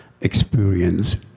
experience